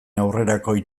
aurrerakoi